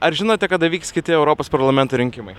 ar žinote kada vyks kiti europos parlamento rinkimai